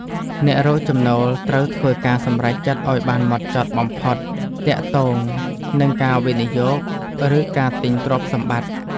អ្នករកចំណូលត្រូវធ្វើការសម្រេចចិត្តឱ្យបានម៉ត់ចត់បំផុតទាក់ទងនឹងការវិនិយោគ ឬការទិញទ្រព្យសម្បត្តិ។